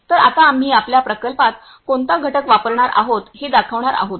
तर आता आम्ही आपल्या प्रकल्पात कोणता घटक वापरणार आहोत हे दाखवणार आहोत